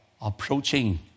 approaching